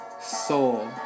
soul